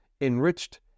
enriched